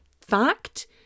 fact